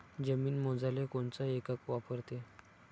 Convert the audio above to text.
जमीन मोजाले कोनचं एकक वापरते?